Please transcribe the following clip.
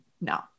No